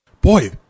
Boy